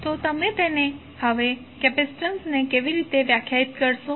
તો તમે હવે કેપેસિટન્સને કેવી રીતે વ્યાખ્યાયિત કરશો